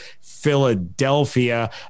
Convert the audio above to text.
Philadelphia